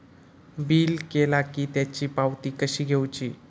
Bill केला की त्याची पावती कशी घेऊची?